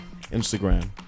Instagram